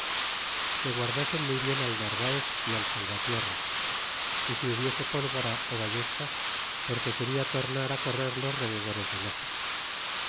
que guardasen muy bien al narvaez y al salvatierra y si hubiese pólvora ó ballestas porque queda tornar correr los rededores de méxico